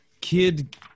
kid